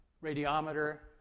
radiometer